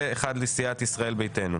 ואחד לסיעת ישראל ביתנו.